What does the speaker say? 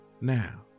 Now